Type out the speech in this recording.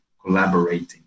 collaborating